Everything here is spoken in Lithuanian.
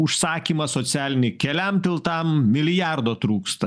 užsakymą socialinį keliam tiltam milijardo trūksta